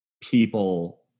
people